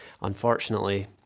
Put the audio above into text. unfortunately